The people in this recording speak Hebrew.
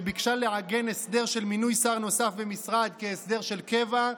שביקשה לעגן הסדר של מינוי שר נוסף במשרד כהסדר של קבע,